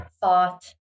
thought